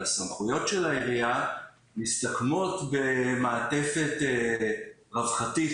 הסמכויות של העיריה מסתכמות במעטפת רווחתית,